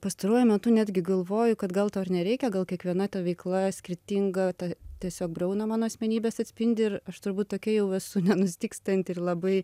pastaruoju metu netgi galvoju kad gal to ir nereikia gal kiekviena ta veikla skirtinga ta tiesiog briauną mano asmenybės atspindi ir aš turbūt tokia jau esu nenustygstanti ir labai